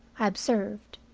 i observed.